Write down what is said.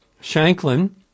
Shanklin